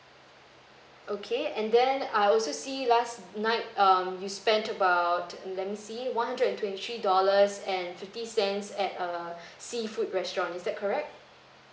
okay and then I also see last night um you spent about let me see one hundred and twenty three dollars and fifty cents at err seafood restaurant is that correct